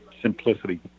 Simplicity